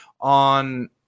on